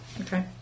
Okay